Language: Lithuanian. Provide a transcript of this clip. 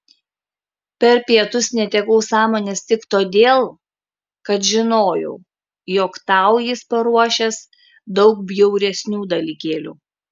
per pietus netekau sąmonės tik todėl kad žinojau jog tau jis paruošęs daug bjauresnių dalykėlių